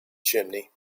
chimney